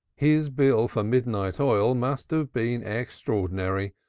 his bill for midnight oil must have been extraordinary,